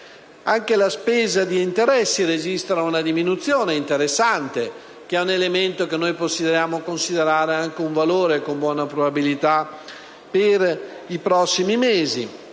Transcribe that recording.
Anche la spesa per interessi registra una diminuzione interessante, che è un elemento che possiamo considerare anche un valore, con buona probabilità, per i prossimi mesi.